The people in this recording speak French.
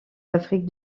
afrique